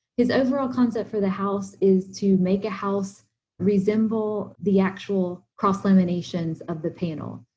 his overall concept for the house is to make a house resemble the actual cross-laminations of the panel.